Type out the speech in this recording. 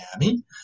Miami